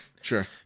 sure